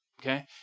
okay